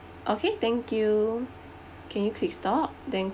okay thank you can you click stop then